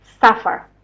suffer